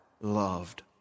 loved